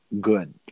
good